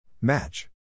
Match